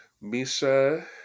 misha